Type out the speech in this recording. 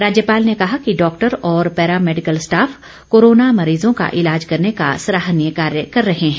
राज्यपाल ने कहा कि डॉक्टर और पैरा मैडिकल स्टाफ कोरोना मरीजों का इलाज करने का सराहनीय कार्य कर रहे हैं